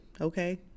Okay